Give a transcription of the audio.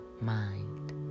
mind